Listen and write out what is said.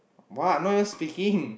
!wow! Noah speaking